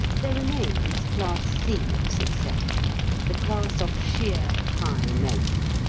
there remains class c of success the class of sheer high merit.